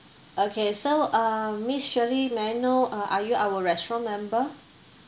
okay so uh miss shirley may I know uh are you our restaurant member